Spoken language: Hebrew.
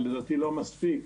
ולדעתי לא מספיק,